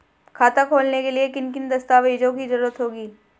खाता खोलने के लिए किन किन दस्तावेजों की जरूरत होगी?